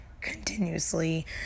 continuously